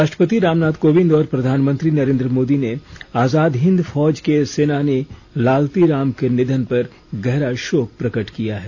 राष्ट्रपति रामनाथ कोविंद औ प्रधानमंत्री नरेंद्र मोदी ने आजाद हिन्द फौज के सेनानी लालती राम के निधन पर गहरा शोक प्रकट किया है